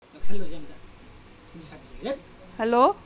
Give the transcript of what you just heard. hello